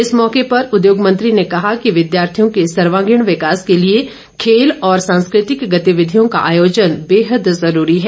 इस मौके पर उद्योग मंत्री ने कहा कि विद्यार्थियों के सर्वांगिण विकास के खेल और सांस्कृतिक गतिविधियों का आयोजन बेहद जरूरी है